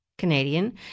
canadian